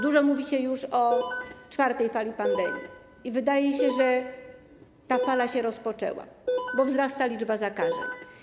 Dużo mówi się już o czwartej fali pandemii i wydaje się, że ta fala się rozpoczęła, bo wzrasta liczba zakażeń.